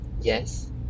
Yes